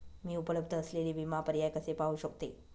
मी उपलब्ध असलेले विमा पर्याय कसे पाहू शकते?